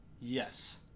Yes